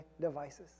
devices